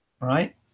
right